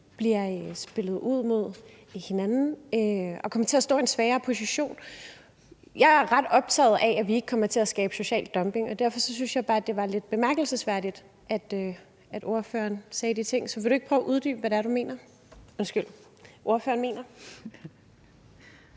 bliver spillet ud mod hinanden og kommer til at stå i en svagere position. Jeg er ret optaget af, at vi ikke kommer til at skabe social dumping, og derfor synes jeg bare, det var lidt bemærkelsesværdigt, at ordføreren sagde de ting. Så vil ordføreren ikke prøve at uddybe, hvad det er, ordføreren mener?